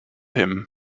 him